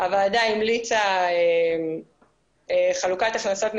הוועדה המליצה חלוקת הכנסות מסוימת.